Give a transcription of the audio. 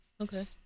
Okay